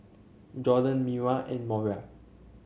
Jorden Mira and Moriah